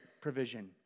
provision